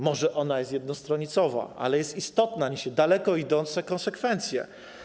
Może ona jest 1-stronicowa, ale jest istotna, niesie daleko idące konsekwencje.